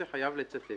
הרב הגאון דוד יוסף.